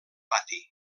pati